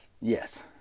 Yes